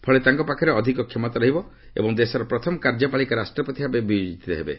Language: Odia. ଫଳରେ ତାଙ୍କ ପାଖରେ ଅଧିକ କ୍ଷମତା ରହିବ ଏବଂ ଦେଶର ପ୍ରଥମ କାର୍ଯ୍ୟପାଳିକା ରାଷ୍ଟ୍ରପତି ଭାବେ ବିବେଚିତ ହେବେ